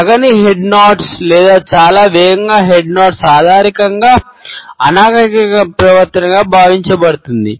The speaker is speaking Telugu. తగని హెడ్ నోడ్స్ లేదా చాలా వేగంగా హెడ్ నోడ్స్ సాధారణంగా అనాగరిక ప్రవర్తనగా భావించబడుతుంది